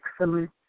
excellent